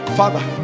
father